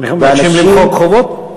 הולכים למחוק חובות?